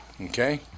Okay